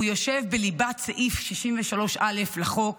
הוא יושב בליבת סעיף 63א לחוק